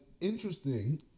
interesting